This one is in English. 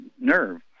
nerve